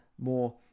more